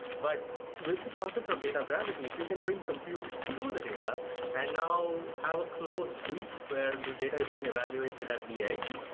but with the concept of data gravity, if you can bring compute to the data and now have a closed loop where this data is being evaluated at the edge,